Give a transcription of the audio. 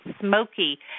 smoky